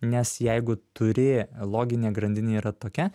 nes jeigu turi loginė grandinė yra tokia